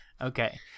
Okay